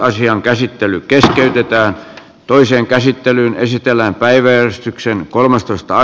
asian käsittely keskeytetään toiseen käsittelyyn esitellään päiväjärjestyksen kolmastoista